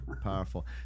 Powerful